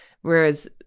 whereas